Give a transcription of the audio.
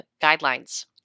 guidelines